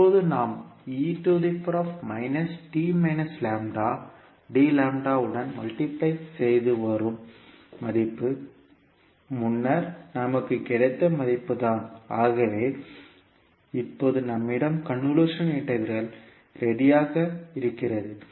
எப்போது நாம் உடன் மல்டிபை செய்து வரும் மதிப்பு முன்னர் நமக்கு கிடைத்த மதிப்பு தான் ஆகவே இப்போது நம்மிடம் கன்வொல்யூஷன் இன்டெக்ரல் ரெடியாக இருக்கிறது